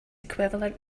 equivalent